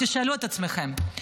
תשאלו את עצמכם.